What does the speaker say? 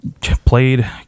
played